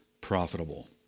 profitable